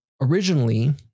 originally